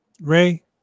Ray